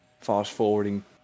fast-forwarding